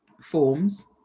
forms